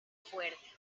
fuerte